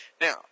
Now